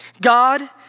God